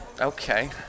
okay